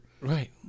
right